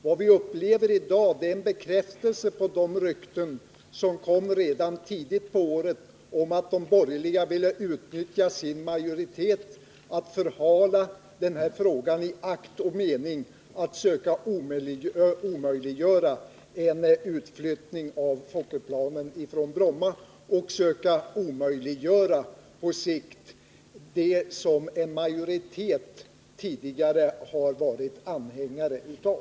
Vad vi upplever i dag är en bekräftelse på dessa rykten om att de borgerliga ville utnyttja sin majoritet till att förhala denna fråga. i akt och mening att söka omöjliggöra en utflyttning av Fokkerplanen från Bromma och på sikt söka omöjliggöra det som en majoritet tidigare har varit anhängare av.